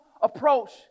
approach